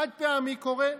חד-פעמי, קורה.